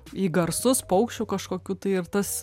į garsus paukščių kažkokių tai ir tas